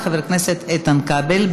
חבר הכנסת איתן כבל.